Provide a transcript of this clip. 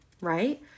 right